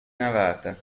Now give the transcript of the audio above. navata